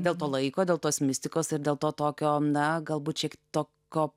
dėl to laiko dėl tos mistikos ir dėl to tokio na galbūt šiek toko